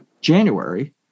January